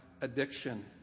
addiction